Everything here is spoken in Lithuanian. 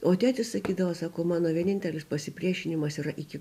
o tėtis sakydavo sako mano vienintelis pasipriešinimas yra iki